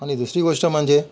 आणि दुसरी गोष्ट म्हणजे